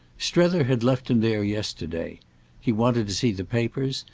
strether had left him there yesterday he wanted to see the papers,